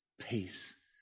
peace